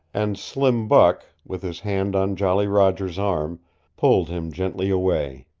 and slim buck with his hand on jolly roger's arm pulled him gently away.